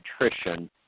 nutrition